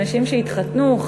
אנשים שהתחתנו,